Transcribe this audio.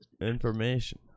Information